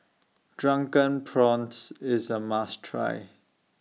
Drunken Prawns IS A must Try